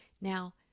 Now